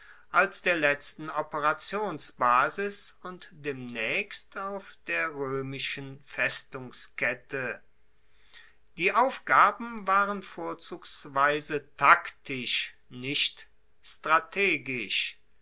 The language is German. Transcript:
als der letzten operationsbasis und demnaechst auf der roemischen festungskette die aufgaben waren vorzugsweise taktisch nicht strategisch